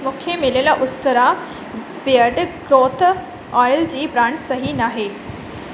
मूंखे मिलयल Ustraa beard growth oil जी ब्रांड सही न आहे